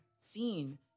seen